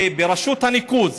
שרשות הניקוז